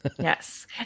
Yes